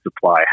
supply